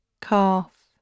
calf